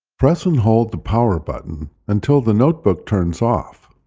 press and hold the power button until the notebook turns off.